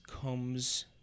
comes